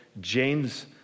James